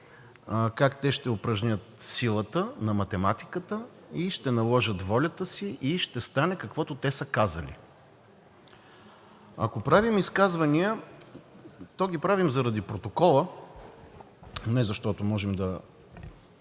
как те ще упражнят силата на математиката, ще наложат волята си и ще стане каквото те са казали. Ако правим изказвания, то ги правим заради протокола, а не защото можем да